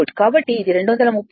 కాబట్టి ఇది 230 0